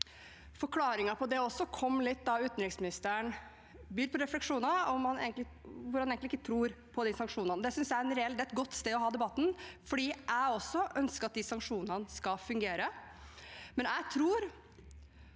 Forklaringen på det kom da utenriksministeren bød på refleksjoner rundt at han egentlig ikke tror på de sanksjonene. Det synes jeg er et godt sted å ha debatten, for jeg ønsker også at de sanksjonene skal fungere,